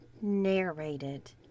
narrated